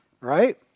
right